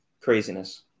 craziness